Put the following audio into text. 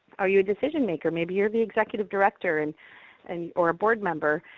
are you a decision-maker? maybe you're the executive director and and or a board member,